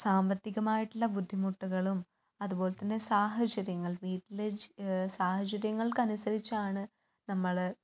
സാമ്പത്തികമായിട്ടുള്ള ബുദ്ധിമുട്ടുകളും അതുപോലെ തന്നെ സാഹചര്യങ്ങൾ വീട്ടിലെ സാഹചര്യങ്ങൾക്കനുസരിച്ചാണ് നമ്മള്